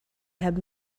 have